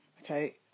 Okay